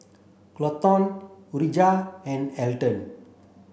Colton Urijah and Elton